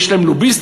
יש להם לוביסטים,